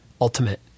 ultimate